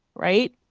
right,